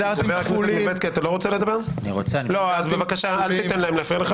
חבר הכנסת מלביצקי, אל תיתן להם להפריע.